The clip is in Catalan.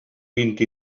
vint